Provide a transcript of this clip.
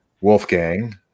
Wolfgang